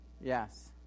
Yes